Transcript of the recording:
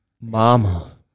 Mama